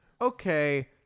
Okay